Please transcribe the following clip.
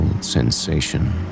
sensation